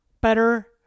better